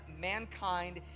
mankind